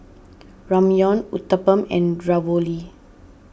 Ramyeon Uthapam and Ravioli